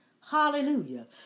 Hallelujah